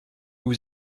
vous